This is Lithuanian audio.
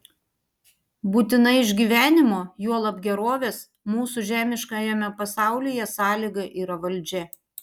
būtina išgyvenimo juolab gerovės mūsų žemiškajame pasaulyje sąlyga yra valdžia